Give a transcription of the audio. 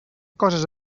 coses